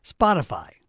Spotify